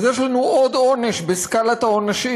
אז יש לנו עוד עונש בסקאלת העונשים,